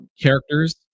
characters